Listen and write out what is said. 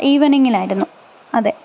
ഈവെനിംഗിലായിരുന്നു അതെ